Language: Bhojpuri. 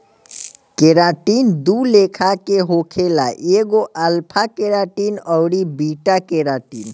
केराटिन दू लेखा के होखेला एगो अल्फ़ा केराटिन अउरी बीटा केराटिन